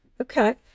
okay